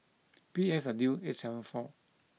P F W eight seven four